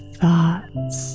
thoughts